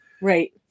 Right